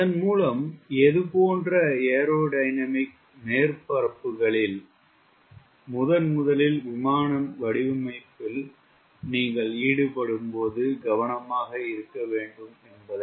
அதன் மூலம் எது போன்ற ஏரோடையனாமிக் மேற்பரப்புகளில் முதன் முதலில் விமானம் வடிவமைப்பில் நீங்கள் ஈடுபடும்போது கவனமாக இருக்க வேண்டும் என்பதை அறியலாம்